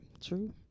True